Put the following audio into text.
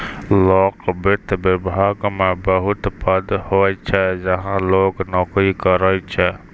लोक वित्त विभाग मे बहुत पद होय छै जहां लोग नोकरी करै छै